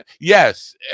yes